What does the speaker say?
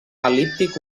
el·líptic